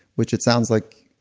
which it sounds like